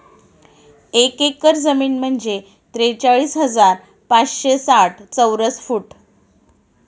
एक एकर जमीन म्हणजे त्रेचाळीस हजार पाचशे साठ चौरस फूट